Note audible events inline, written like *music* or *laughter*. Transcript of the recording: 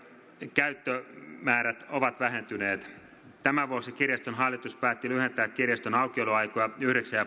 käyttömäärät ovat vähentyneet tämän vuoksi kirjaston hallitus päätti lyhentää kirjaston aukioloaikoja yhdeksän *unintelligible*